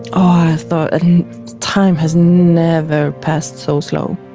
i thought time has never passed so slow.